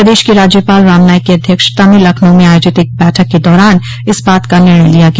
प्रदेश के राज्यपाल राम नाईक की अध्यक्षता में लखनऊ में आयोजित एक बैठक के दारान इस बात का निर्णय लिया गया